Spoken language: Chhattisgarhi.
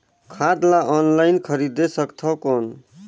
खाद ला ऑनलाइन खरीदे सकथव कौन?